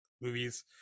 movies